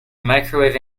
microwave